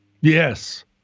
Yes